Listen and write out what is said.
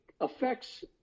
affects